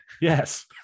Yes